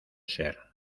ser